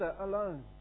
alone